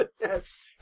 Yes